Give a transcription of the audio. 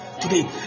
today